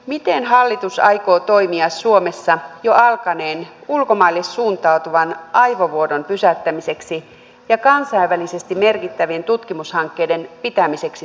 miten hallitus aikoo toimia suomessa jo alkaneen ulkomaille suuntautuvan aivovuodon pysäyttämiseksi ja kansainvälisesti merkittävien tutkimushankkeiden pitämiseksi suomessa